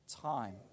time